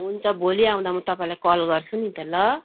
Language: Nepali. हुन्छ भोलि आउँदा म तपाईँलाई कल गर्छु नि त ल